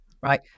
Right